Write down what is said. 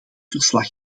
verslag